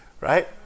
right